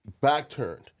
back-turned